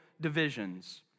divisions